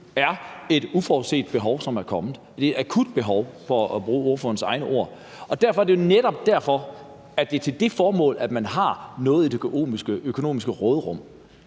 er et uforudset behov, som er kommet, og at det er et akut behov – for at bruge ordførerens egne ord. Det er jo netop derfor og til det formål, at man har noget i det økonomiske råderum.